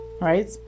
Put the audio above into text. right